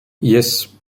yes